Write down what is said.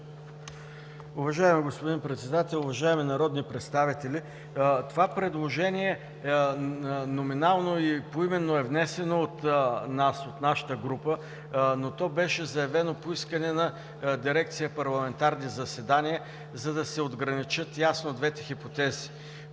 Уважаеми господин Председател, уважаеми народни представители! Това предложение номинално и поименно е внесено от нас, от нашата група, но то беше заявено по искане на дирекция „Парламентарни заседания“, за да се отграничат ясно двете хипотези